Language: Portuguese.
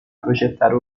projetar